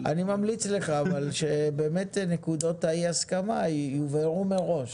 ממליץ לך אבל שבאמת, נקודות האי הסכמה יובהרו מראש